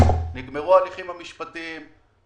נגמרו ההליכים המשפטיים,